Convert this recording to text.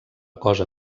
cosa